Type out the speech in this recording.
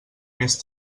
més